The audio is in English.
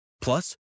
Plus